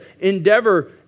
endeavor